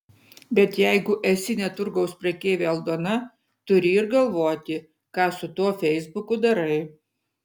bet jeigu esi ne turgaus prekeivė aldona turi ir galvoti ką su tuo feisbuku darai